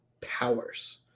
powers